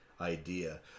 idea